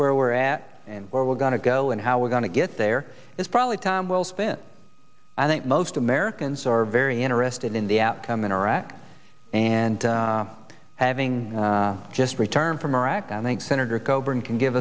where we're at and where we're going to go and how we're going to get there is probably time well spent i think most americans are very interested in the outcome in iraq and having just returned from iraq i think senator coburn can give